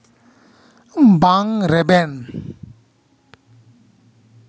ᱵᱟᱝ ᱨᱮᱵᱮᱱ